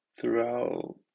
Throughout